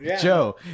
Joe